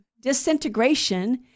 disintegration